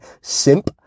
Simp